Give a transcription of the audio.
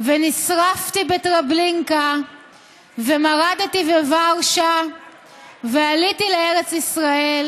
ונשרפתי בטרבלינקה ומרדתי בוורשה ועליתי לארץ ישראל,